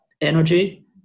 energy